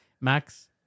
Max